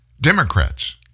democrats